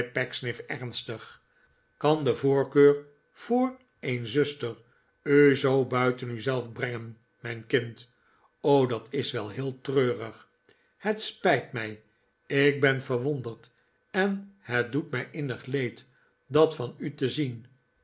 ernstig kan de voorkeur voor een zuster u zoo buiten u zelf brengen mijn kind o dat is wel heel treurig het spijt mij ik ben verwonderd en het doet mij innig leed dat van u te zien